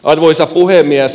arvoisa puhemies